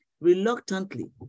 Reluctantly